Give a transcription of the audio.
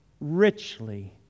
richly